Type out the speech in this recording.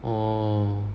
oh